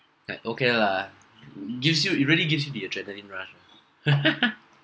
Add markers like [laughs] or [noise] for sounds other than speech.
like okay lah gives you it really gives you the adrenalin run [laughs]